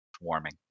Warming